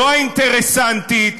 לא האינטרסנטית,